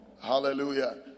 Hallelujah